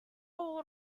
all